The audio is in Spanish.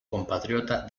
compatriota